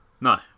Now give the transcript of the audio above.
No